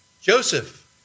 Joseph